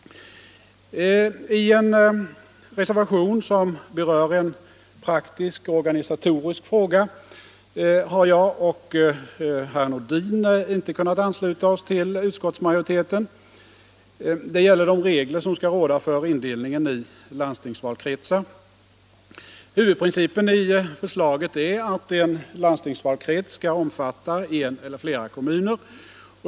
I en praktisk och organisatorisk fråga har herr Nordin och jag inte kunnat ansluta oss till utskottsmajoriteten utan avgett en reservation. Det gäller de regler som skall råda för indelningen i landstingsvalkretsar. Huvudprincipen i förslaget är att en landstingsvalkrets skall omfatta en eller flera kommuner.